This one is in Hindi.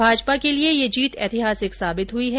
भाजपा के लिये ये जीत ऐतिहासिक साबित हुई है